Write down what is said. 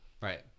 Right